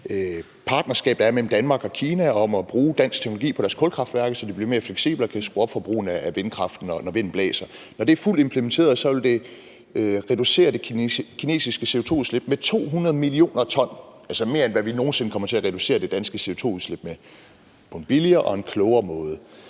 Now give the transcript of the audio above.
partnerskab, der er mellem Danmark og Kina om at bruge dansk teknologi på deres kulkraftværker, så de bliver mere fleksible og kan skrue op for brugen af vindkraft, når vinden blæser. Når det er fuldt implementeret, vil det reducere det kinesiske CO2-udslip med 200 mio. t, altså mere, end hvad vi nogen sinde kommer til at reducere det danske CO2-udslip med, på en billigere og klogere måde.